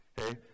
okay